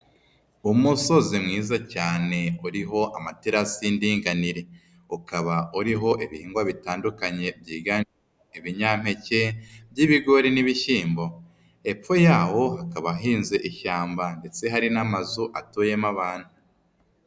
Umusozi mwiza cyane uriho amaterasi y'indinganire, ukaba uriho ibihingwa bitandukanye byiganje ibinyampeke by'ibigori n'ibishyimbo, hepfo yaho hakaba hahinze ishyamba ndetse hari n'amazu atuyemo abantu.